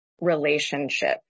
relationship